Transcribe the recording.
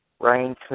Ryan